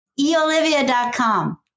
eolivia.com